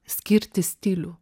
skirti stilių